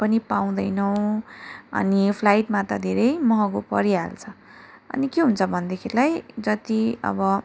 पनि पाउँदैनौँ अनि फ्लाइटमा त धेरै महँगो परिहाल्छ अनि के हुन्छ भन्देखिलाई जति अब